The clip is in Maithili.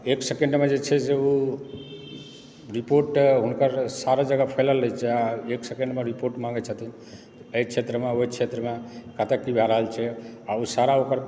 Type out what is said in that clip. एक सेकेण्डमे जे छै से ओ रिपोर्ट हुनकर सारा जगह फैलल रहैत छै आ एक सेकेण्डमे रिपोर्ट माँगैत छथिन एहि क्षेत्रमे ओहि क्षेत्रमे कतय की भए रहल छै ओ सारा ओकर